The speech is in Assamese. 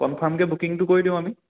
কনফাৰ্মকে বুকিঙটো কৰি দিওঁ আমি